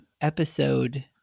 episode